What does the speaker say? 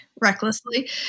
recklessly